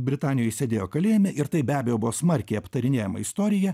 britanijoj sėdėjo kalėjime ir tai be abejo buvo smarkiai aptarinėjama istorija